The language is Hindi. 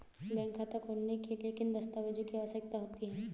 बैंक खाता खोलने के लिए किन दस्तावेजों की आवश्यकता होती है?